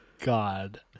God